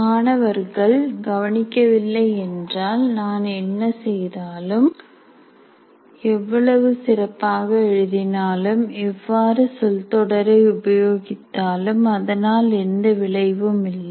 மாணவர்கள் கவனிக்க இல்லை என்றால் நான் என்ன செய்தாலும் எவ்வளவு சிறப்பாக எழுதினாலும் எவ்வாறு சொல் தொடரை உபயோகித்தாலும் அதனால் எந்த விளைவும் இல்லை